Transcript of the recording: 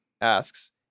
asks